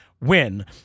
win